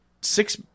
six